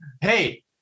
hey